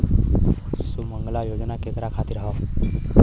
सुमँगला योजना केकरा खातिर ह?